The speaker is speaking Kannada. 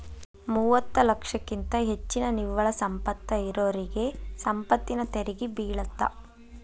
ಮೂವತ್ತ ಲಕ್ಷಕ್ಕಿಂತ ಹೆಚ್ಚಿನ ನಿವ್ವಳ ಸಂಪತ್ತ ಇರೋರಿಗಿ ಸಂಪತ್ತಿನ ತೆರಿಗಿ ಬೇಳತ್ತ